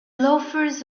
loafers